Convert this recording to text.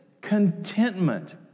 contentment